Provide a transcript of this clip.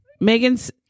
Megan's